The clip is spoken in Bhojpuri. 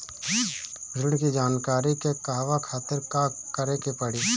ऋण की जानकारी के कहवा खातिर का करे के पड़ी?